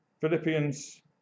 Philippians